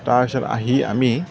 তাৰপিছত আহি আমি